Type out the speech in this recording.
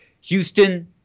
Houston